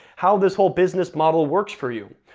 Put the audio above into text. how this whole business model works for you.